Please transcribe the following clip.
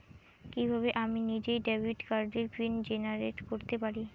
কিভাবে আমি নিজেই ডেবিট কার্ডের পিন জেনারেট করতে পারি?